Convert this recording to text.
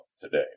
today